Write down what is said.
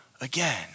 again